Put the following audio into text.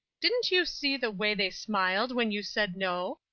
didn't you see the way they smiled when you said no?